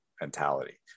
mentality